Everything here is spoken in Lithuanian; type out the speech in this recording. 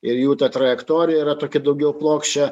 ir jų ta trajektorija yra tokia daugiau plokščia